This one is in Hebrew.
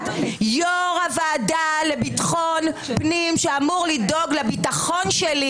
- יו"ר והועדה לביטחון פנים שאמור לדאוג לביטחון שלי